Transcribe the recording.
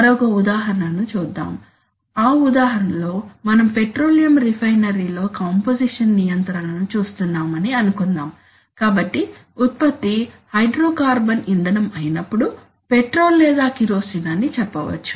మరొక ఉదాహరణను చూద్దాం ఆ ఉదాహరణలో మనం పెట్రోలియం రిఫైనరీలో కంపోజిషన్ నియంత్రణను చూస్తున్నామని అనుకుందాం కాబట్టి ఉత్పత్తి హైడ్రోకార్బన్ ఇంధనం అయినప్పుడు పెట్రోల్ లేదా కిరోసిన్ అని చెప్పవచ్చు